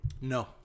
No